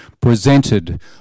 presented